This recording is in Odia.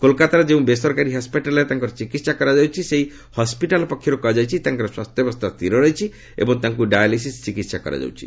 କୋଲ୍କାତାର ଯେଉଁ ବେସରକାରୀ ହସ୍କିଟାଲ୍ରେ ତାଙ୍କର ଚିକିତ୍ସା କରାଯାଉଛି ସେହି ହସ୍କିଟାଲ୍ ପକ୍ଷରୁ କୁହାଯାଇଛି ତାଙ୍କର ସ୍ୱ୍ୟାସ୍ଥାବସ୍ଥା ସ୍ଥିର ରହିଛି ଏବଂ ତାଙ୍କୁ ଡାଏଲିସିସ୍ ଚିକିତ୍ସା କରାଯାଉଛି